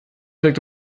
wirkt